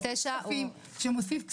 שמוסיף כספים.